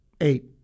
Eight